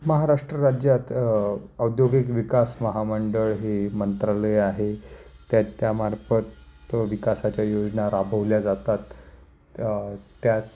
महाराष्ट्र राज्यात औद्योगिक विकास महामंडळ हे मंत्रालय आहे त्या त्यामार्फत विकासाच्या योजना राबवल्या जातात त्याच